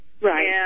Right